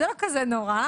לא כזה נורא.